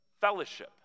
fellowship